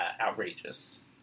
outrageous